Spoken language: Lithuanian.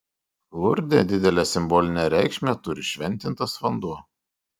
lurde didelę simbolinę reikšmę turi šventintas vanduo